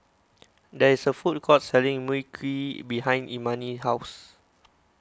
there is a food court selling Mui Kee behind Imani's house